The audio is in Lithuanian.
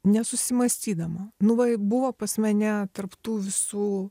nesusimąstydama nu va buvo pas mane tarp tų visų